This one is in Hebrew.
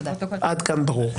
עד כאן ברור.